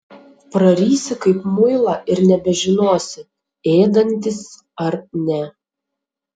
prarysi kaip muilą ir nebežinosi ėdantis ar ne